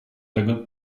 tego